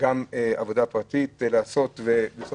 קרוב